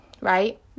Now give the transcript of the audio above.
right